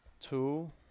two